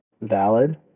valid